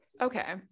okay